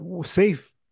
safe